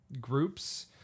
groups